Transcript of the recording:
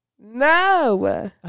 No